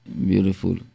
beautiful